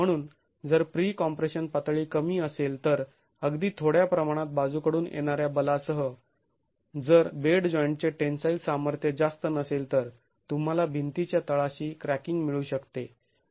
म्हणून जर pre compression पातळी कमी असेल तर अगदी थोड्या प्रमाणात बाजूकडून येणाऱ्या बलासह जर बेड जॉईंटचे टेन्साईल सामर्थ्य जास्त नसेल तर तुम्हाला भिंतीच्या तळाशी क्रॅकिंग मिळू शकते